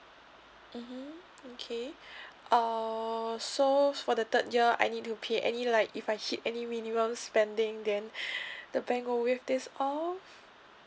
mmhmm okay uh so for the third year I need to pay any like if I hit any minimum spending then the bank will waive this off